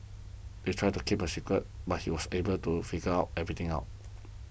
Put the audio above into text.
they tried to keep a secret but he was able to figure out everything out